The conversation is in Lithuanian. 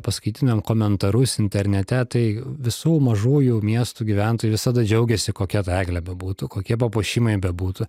paskaityuėm komentarus internete tai visų mažųjų miestų gyventojai visada džiaugiasi kokia ta eglė bebūtų kokie papuošimai bebūtų